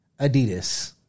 Adidas